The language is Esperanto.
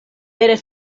vere